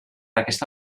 aquesta